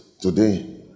today